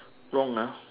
wrong ah